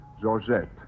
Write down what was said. Georgette